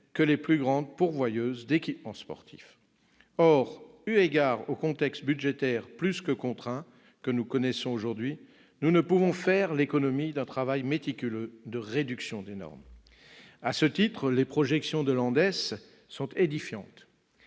et les plus grandes pourvoyeuses d'équipements sportifs. Or, eu égard au contexte budgétaire plus que contraint que nous connaissons aujourd'hui, nous ne pouvons faire l'économie d'un travail méticuleux de réduction des normes. À ce titre, les projections de l'ANDES sont édifiantes